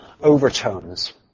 overtones